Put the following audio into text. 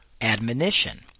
admonition